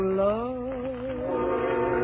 love